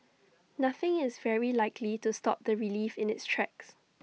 nothing is very likely to stop the relief in its tracks